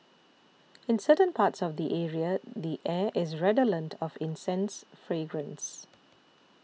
in certain parts of the area the air is redolent of incense fragrance